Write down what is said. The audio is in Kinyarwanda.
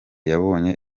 yabonye